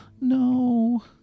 No